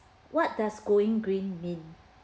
what does going green mean